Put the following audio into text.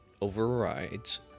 overrides